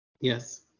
Yes